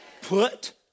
put